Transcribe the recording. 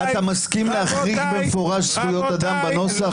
אתה מסכים להחריג במפורש זכויות אדם בנוסח?